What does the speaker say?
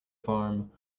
farm